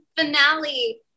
finale